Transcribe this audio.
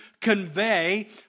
convey